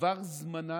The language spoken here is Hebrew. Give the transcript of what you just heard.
עבר זמנה,